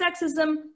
sexism